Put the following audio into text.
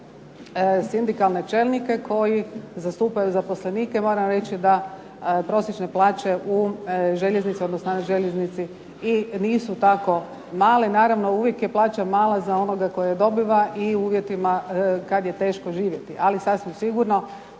naravno sindikalne čelnike koji zastupaju zaposlenike. Moram reći da prosječe plaće na željeznici i nisu tako male. Naravno uvijek je plaća mala za onog koji je dobiva i u uvjetima kada je teško živjeti. Ali sasvim sigurno